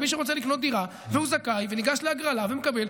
ומי שרוצה לקנות דירה והוא זכאי וניגש להגרלה ומקבל,